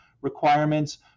requirements